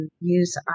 use